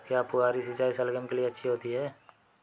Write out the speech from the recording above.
क्या फुहारी सिंचाई शलगम के लिए अच्छी होती है?